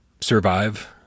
Survive